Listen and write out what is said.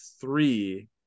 three